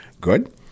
Good